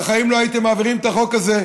בחיים לא הייתם מעבירים את החוק הזה,